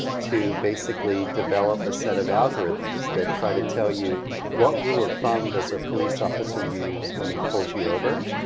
to basically develop a set of algorithms that try to tell you what rule of thumb does a police officer use when he pulls you over?